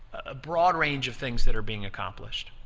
a broad range of things that are being accomplished.